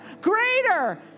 greater